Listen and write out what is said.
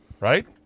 Right